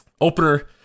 Opener